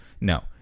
No